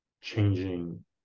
changing